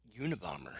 Unabomber